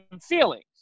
feelings